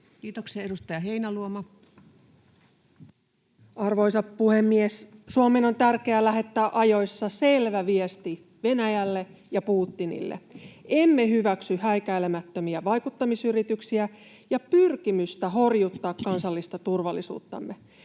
sitoutumista kansainvälisiin sopimuksiin. Suomen on tärkeää lähettää ajoissa selvä viesti Venäjälle ja Putinille: emme hyväksy häikäilemättömiä vaikuttamisyrityksiä ja pyrkimystä horjuttaa kansallista turvallisuuttamme.